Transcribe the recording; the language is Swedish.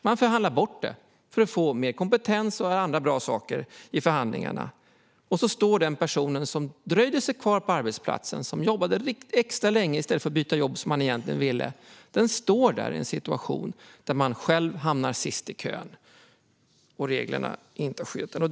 Man förhandlar bort det för att få mer kompetens och andra bra saker i förhandlingarna. Då står den person som dröjde sig kvar på arbetsplatsen, som jobbade där extra länge i stället för att byta jobb, i en situation där hon eller han själv hamnar sist i kön. Och reglerna har inte skyddat denna person.